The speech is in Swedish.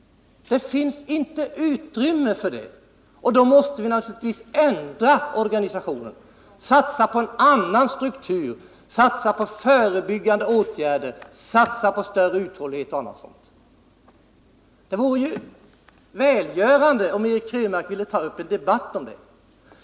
Det finns inte utrymme för sådant, och då måste vi naturligtvis ändra organisationen. Vi måste satsa på en annan struktur, på förebyggande åtgärder, på större uthållighet och annat. Det vore välgörande om Eric Krönmark ville ta upp en debatt om det.